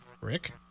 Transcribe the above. Rick